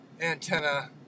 antenna